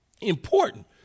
important